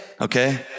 Okay